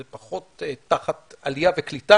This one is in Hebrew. וזה פחות תחת עליה וקליטה,